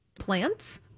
plants